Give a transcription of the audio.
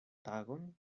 tagon